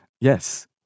Yes